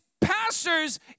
pastors